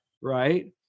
right